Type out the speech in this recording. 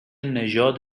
نژاد